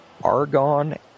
argon